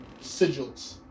sigils